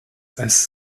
als